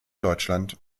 deutschland